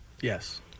Yes